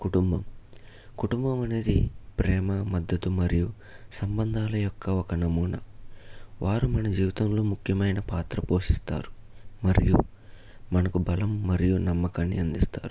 కుటుంబం కుటుంబం అనేది ప్రేమ మద్దతు మరియు సంబంధాల యొక్క ఒక నమూనా వారు మన జీవితంలో ముఖ్యమైన పాత్ర పోషిస్తారు మరియు మనకు బలం మరియు నమ్మకాన్ని అందిస్తారు